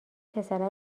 پسره